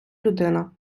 людина